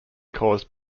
caused